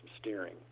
steering